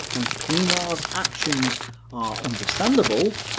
and pienaar's actions are understandable,